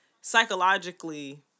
psychologically